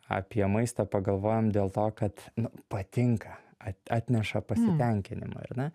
apie maistą pagalvojom dėl to kad nu patinka at atneša pasitenkinimą ar ne